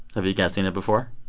have you guys seen it before?